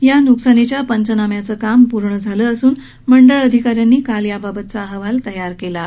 या न्कसानीच्या पंचनाम्याचं काम पूर्ण झालं असून मंडळ अधिका यांनी काल याबाबतचा अहवाल तयार केला आहे